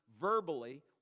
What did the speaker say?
verbally